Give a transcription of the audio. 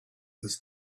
his